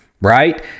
right